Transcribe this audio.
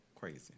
crazy